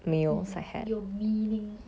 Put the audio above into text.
mm 有 meaning ah